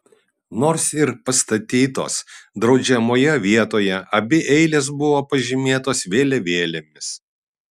nors ir pastatytos draudžiamoje vietoje abi eilės buvo pažymėtos vėliavėlėmis